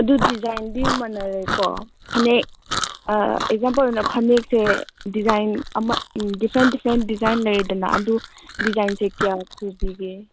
ꯑꯗꯨ ꯗꯤꯖꯥꯏꯟꯗꯤ ꯃꯥꯟꯅꯔꯦꯀꯣ ꯐꯅꯦꯛ ꯑꯥ ꯑꯦꯛꯖꯥꯝꯄꯜ ꯑꯣꯏꯅ ꯐꯅꯦꯛꯁꯦ ꯗꯤꯖꯥꯏꯟ ꯑꯃ ꯎꯝ ꯗꯤꯐ꯭ꯔꯦꯟ ꯗꯤꯐ꯭ꯔꯦꯟ ꯗꯤꯖꯥꯏꯟ ꯂꯩꯗꯅ ꯑꯗꯨ ꯗꯤꯖꯥꯏꯟꯁꯦ ꯀꯌꯥ ꯁꯨꯕꯤꯒꯦ